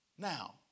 Now